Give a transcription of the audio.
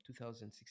2016